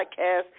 Podcast